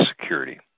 security